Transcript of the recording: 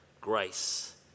grace